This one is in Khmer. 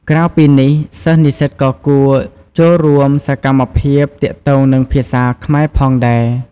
ក្រៅពីនេះ សិស្សនិស្សិតក៏គួរ ចូលរួមសកម្មភាពទាក់ទងនឹងភាសាខ្មែរផងដែរ។